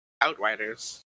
Outriders